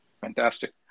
Fantastic